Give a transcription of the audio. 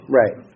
right